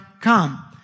come